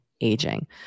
aging